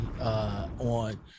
on